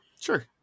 Sure